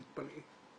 תתפלאי.